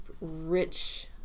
rich